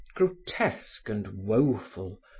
grotesque and woeful,